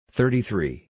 Thirty-three